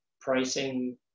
pricing